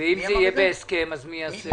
ואם זה יהיה בהסכם אז מי יעשה את זה?